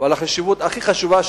הכי חשובה,